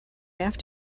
have